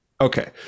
Okay